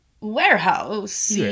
Warehouse